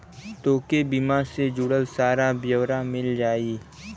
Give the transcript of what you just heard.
तोके बीमा से जुड़ल सारा ब्योरा मिल जाई